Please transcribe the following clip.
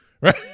Right